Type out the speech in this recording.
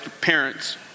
parents